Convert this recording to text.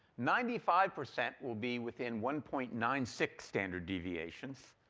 ninety five percent will be within one point nine six standard deviations.